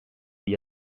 gli